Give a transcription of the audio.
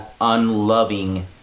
unloving